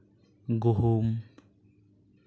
ᱜᱩᱦᱩᱢ